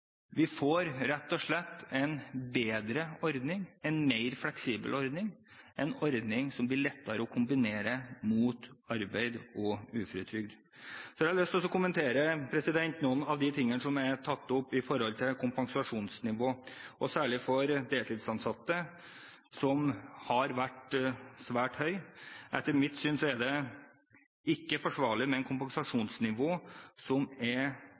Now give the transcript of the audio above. Vi får rett og slett en bedre ordning, en mer fleksibel ordning, en ordning som vil gjøre det lettere å kombinere arbeid og uføretrygd. Så har jeg lyst til å kommentere noen av de tingene som er tatt opp angående kompensasjonsnivå, særlig for deltidsansatte, som har vært svært høyt. Etter mitt syn er det ikke forsvarlig med et kompensasjonsnivå som er